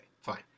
fine